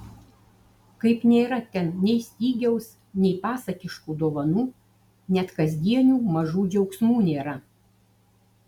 kaip nėra ten nei stygiaus nei pasakiškų dovanų net kasdienių mažų džiaugsmų nėra